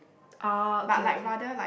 oh okay okay